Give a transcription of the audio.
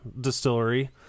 distillery